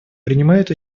принимают